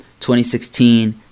2016